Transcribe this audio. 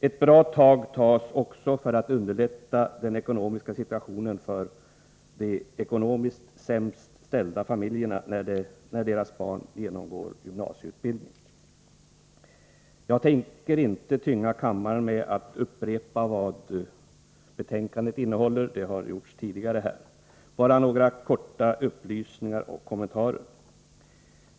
Ett bra tag tas också för att underlätta den ekonomiska situationen för de ekonomiskt sämst ställda familjerna när deras barn genomgår gymnasieutbildning. Jag tänker inte tynga kammaren med att upprepa vad betänkandet innehåller — det har gjorts tidigare här — utan bara lämna några korta upplysningar och kommentarer.